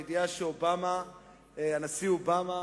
הידיעה שהנשיא אובמה